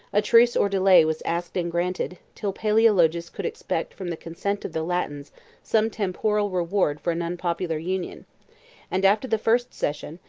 a truce or delay was asked and granted, till palaeologus could expect from the consent of the latins some temporal reward for an unpopular union and after the first session,